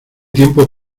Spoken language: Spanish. tiempo